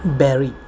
berry